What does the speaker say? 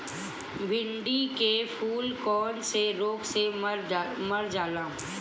भिन्डी के फूल कौने रोग से मर जाला?